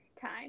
time